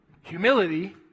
Humility